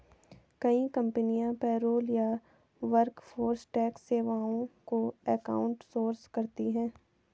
कई कंपनियां पेरोल या वर्कफोर्स टैक्स सेवाओं को आउट सोर्स करती है